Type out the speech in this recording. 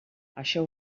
això